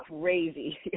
crazy